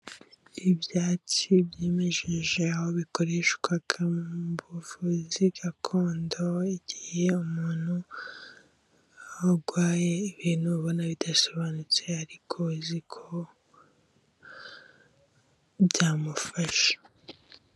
Ibyatsi byimejeje aho bikoreshwa mu mbuvuzi gakondo igihe umuntu arwaye ibintu ubona bidasobanutse ariko uzi ko byamufasha.